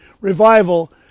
revival